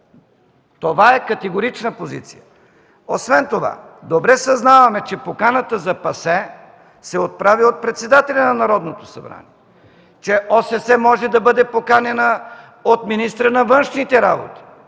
Това е категорична позиция. Освен това добре съзнаваме, че поканата за ПАСЕ се отправя от председателя на Народното събрание, че ОССЕ може да бъде поканена от министъра на външните работи,